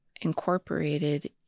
incorporated